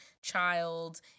child